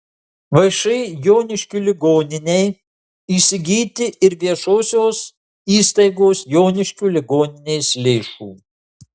všį joniškio ligoninei įsigyti ir viešosios įstaigos joniškio ligoninės lėšų